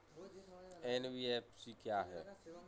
NBFC क्या है?